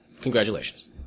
Congratulations